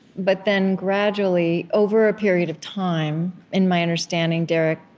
but then, gradually, over a period of time, in my understanding, derek,